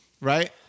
right